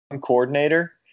coordinator